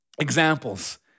Examples